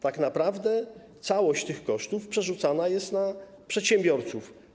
Tak naprawdę całość tych kosztów przerzucana jest właśnie na przedsiębiorców.